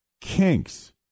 kinks